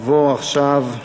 הצעת חוק ההוצאה לפועל